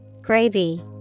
Gravy